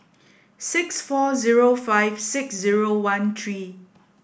six four zero five six zero one three